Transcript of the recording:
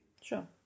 Sure